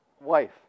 wife